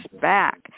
back